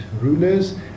rulers